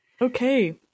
Okay